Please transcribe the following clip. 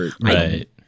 Right